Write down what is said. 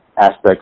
aspects